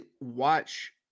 watch